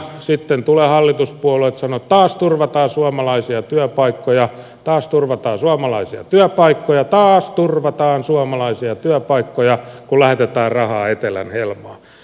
sitten tulevat hallituspuolueet ja sanovat että taas turvataan suomalaisia työpaikkoja taas turvataan suomalaisia työpaikkoja taas turvataan suomalaisia työpaikkoja kun lähetetään rahaa etelän helmaan